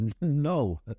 No